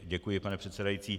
Děkuji, pane předsedající.